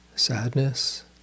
Sadness